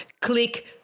click